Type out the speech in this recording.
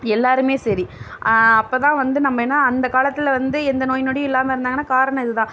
எல்லோருமே சரி அப்போதான் வந்து நம்ம ஏன்னால் அந்த காலத்தில் வந்து எந்த நோய் நொடியும் இல்லாமல் இருந்தாங்கன்னால் காரணம் இதுதான்